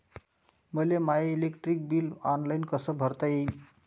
मले माय electric bill online कस भरता येईन?